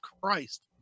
Christ